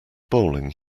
bowling